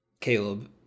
Caleb